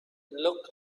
looked